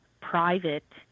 private